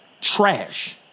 trash